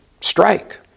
strike